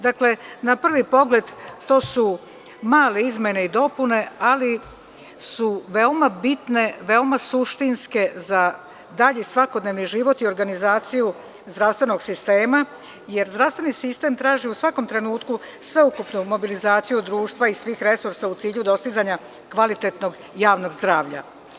Dakle, na prvi pogled to su male izmene i dopune, ali su veoma bitne, veoma suštinske za dalji svakodnevni život i organizaciju zdravstvenog sistema, jer zdravstveni sistem traži u svakom trenutku sveukupnu mobilizaciju društva i svih resursa u cilju dostizanja kvalitetnog, javnog zdravlja.